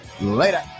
Later